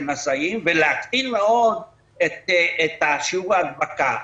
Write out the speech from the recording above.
נשאים ולהקטין מאוד את שיעור ההדבקה.